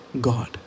God